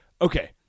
Okay